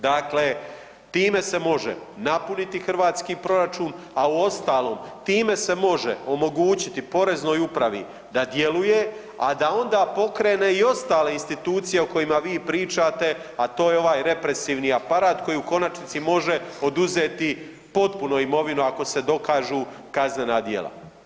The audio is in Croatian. Dakle, time se može napuniti hrvatski proračun, a uostalom time se može omogućiti poreznoj upravi da djeluje, a da onda pokrene i ostale institucije o kojima vi pričate, a to je ovaj represivni aparat koji u konačnici može oduzeti potpuno imovinu ako se dokažu kaznena dijela.